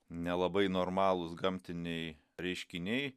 nelabai normalūs gamtiniai reiškiniai